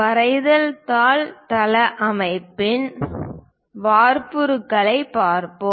வரைதல் தாள் தளவமைப்பின் வார்ப்புருவைப் பார்ப்போம்